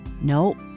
No